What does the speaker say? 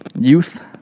youth